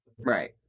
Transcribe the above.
right